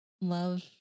love